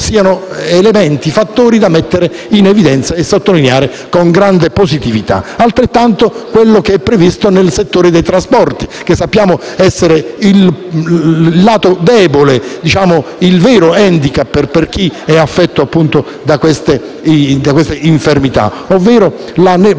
libero siano fattori da mettere in evidenza e da sottolineare con grande positività. Lo stesso dicasi per quello che è previsto per il settore dei trasporti, che sappiamo essere il lato debole, il vero *handicap* per chi è affetto da queste infermità, ovvero la